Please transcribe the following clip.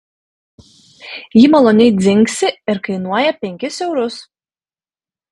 ji maloniai dzingsi ir kainuoja penkis eurus